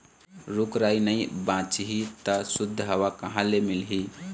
रूख राई नइ बाचही त सुद्ध हवा कहाँ ले मिलही